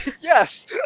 Yes